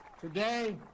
Today